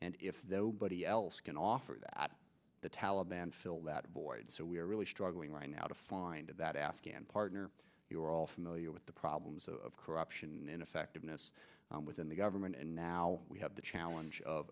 and if the body else can offer that the taliban fill that void so we are really struggling right now to find that afghan partner you are all familiar with the problems of corruption ineffectiveness within the government and now we have the challenge of